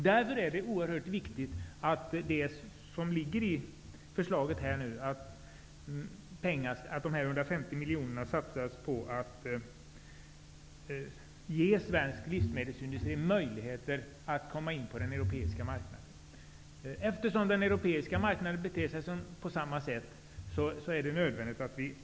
Därför är det oerhört viktigt att de 150 miljoner kronorna satsas på att ge svensk livsmedelsindustri möjligheter att komma in på den europeiska marknaden. Det föreslås i betänkandet. Det är nödvändigt att vi beter oss som man gör på den europeiska marknaden.